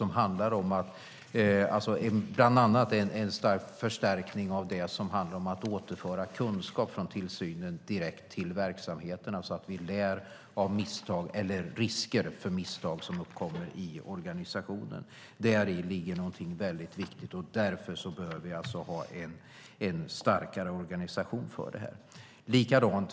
Det handlar bland annat om en förstärkning för att återföra kunskap från tillsynen direkt till verksamheterna, så att man lär sig av risker för misstag som uppkommer i organisationen. Däri ligger något väldigt viktigt. Därför bör vi ha en starkare organisation för detta.